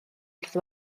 wrth